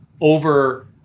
over